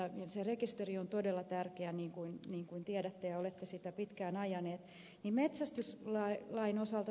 se rekisteri on todella tärkeä niin kuin tiedätte ja olette sitä pitkään ajanut